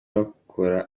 bakora